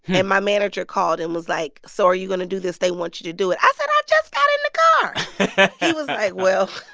and my manager called and was like, so are you going to do this? they want you to do it. i said, i just got in the car he was like, well.